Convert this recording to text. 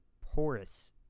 porous